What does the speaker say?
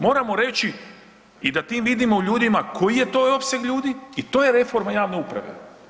Moramo reći i da tim vidimo ljudima koji je to opseg ljudi i to je reforma javne uprave.